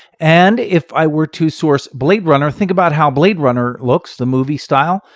and if i were to source blade runner, think about how blade runner looks, the movie style.